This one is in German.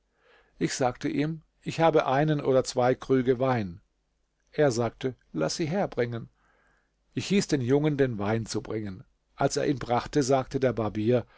ich sagte ihm ich habe einen oder zwei krüge wein er sagte laß sie herbringen ich hieß den jungen den wein zu bringen als er ihn brachte sagte der barbier